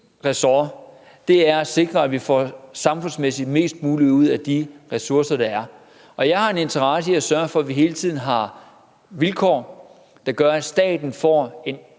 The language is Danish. ansvar er at sikre, at vi samfundsmæssigt får mest muligt ud af de ressourcer, der er, og jeg har en interesse i at sørge for, at vi hele tiden har vilkår, der gør, at staten får en